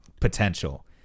potential